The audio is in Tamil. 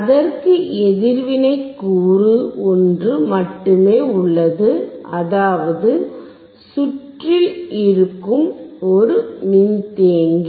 அதற்கு எதிர்வினை கூறு ஒன்று மட்டுமே உள்ளது அதாவது சுற்றில் இருக்கும் ஒரு மின்தேக்கி